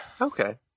Okay